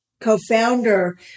co-founder